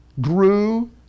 grew